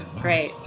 Great